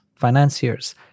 financiers